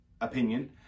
opinion